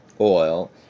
oil